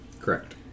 Correct